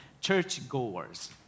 churchgoers